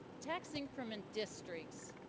tax increment districts